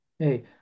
Hey